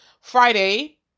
friday